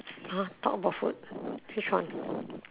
!huh! talk about food which one